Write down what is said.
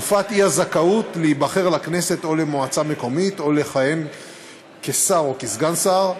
תקופת האי-זכאות להיבחר לכנסת או למועצה מקומית או לכהן כשר או סגן שר,